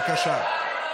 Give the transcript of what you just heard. בבקשה.